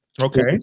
okay